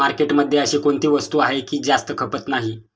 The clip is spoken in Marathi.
मार्केटमध्ये अशी कोणती वस्तू आहे की जास्त खपत नाही?